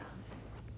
mmhmm